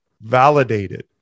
validated